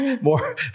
more